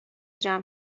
جمع